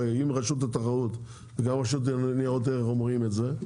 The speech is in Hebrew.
אם רשות התחרות וגם הרשות לניירות ערך אומרים את זה,